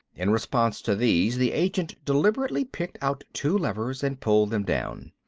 in response to these, the agent deliberately picked out two levers, and pulled them down.